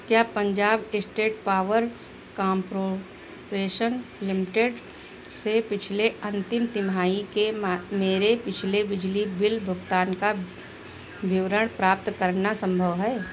क्या Punjab state power corporation limited से पिछले अंतिम तिमाही के मेरे पिछले बिजली बिल भुगतान का विवरण प्राप्त करना संभव है